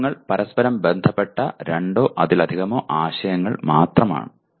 തത്ത്വങ്ങൾ പരസ്പരം ബന്ധപ്പെട്ട രണ്ടോ അതിലധികമോ ആശയങ്ങൾ മാത്രമാണ്